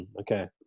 Okay